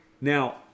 Now